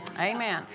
Amen